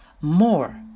more